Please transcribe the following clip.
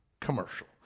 Commercial